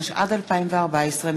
התשע"ד 2014,